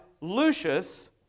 Lucius